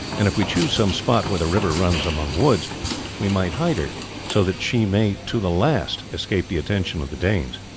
and if we choose some spot where the river runs among woods we might hide her so that she may to the last escape the attention of the danes.